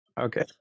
Okay